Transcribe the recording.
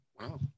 Wow